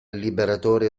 liberatore